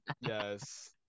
yes